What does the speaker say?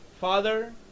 father